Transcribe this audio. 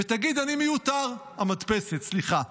ויגיד: אני מיותר, המדפסת, סליחה,